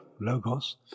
Logos